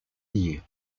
liés